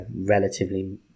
relatively